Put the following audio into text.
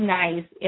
nice